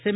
M